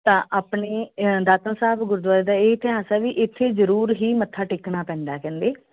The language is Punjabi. ਤਾਂ ਆਪਣੇ ਦਾਤਣ ਸਾਹਿਬ ਗੁਰਦੁਆਰੇ ਦਾ ਇਹ ਇਤਿਹਾਸ ਆ ਬਈ ਇੱਥੇ ਜ਼ਰੂਰ ਹੀ ਮੱਥਾ ਟੇਕਣਾ ਪੈਂਦਾ ਕਹਿੰਦੇ